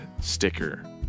sticker